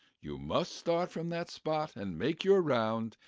you must start from that spot and make your round,